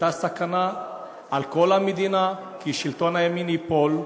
הייתה סכנה על כל המדינה כי שלטון הימין ייפול,